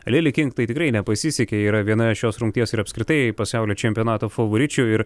lili king tai tikrai nepasisekė tai yra viena šios rungties ir apskritai pasaulio čempionato favoričių ir